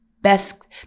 best